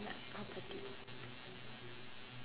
but property